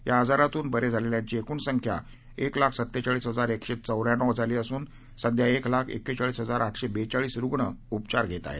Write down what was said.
या आजारातून बरे झालेल्यांची एकूण संख्या एक लाख सत्तेचाळीस हजार एकशे चौऱ्याण्णव झाली असून सध्या एक लाख एक्केचाळीस हजार आठशे बेचाळीस रुण उपचार घेत आहेत